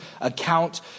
account